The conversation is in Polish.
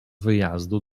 wyjazdu